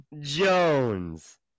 Jones